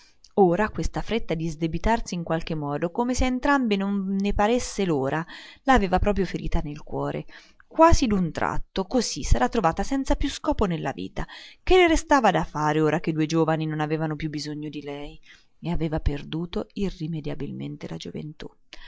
ora questa fretta di sdebitarsi in qualche modo come se a entrambi non ne paresse l'ora l'aveva proprio ferita nel cuore quasi d'un tratto così s'era trovata senza più scopo nella vita che le restava da fare ora che i due giovani non avevano più bisogno di lei e aveva perduto irrimediabilmente la gioventù